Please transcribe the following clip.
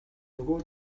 нөгөө